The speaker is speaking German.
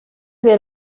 wir